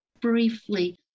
briefly